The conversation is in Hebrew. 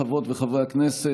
חברות וחברי הכנסת,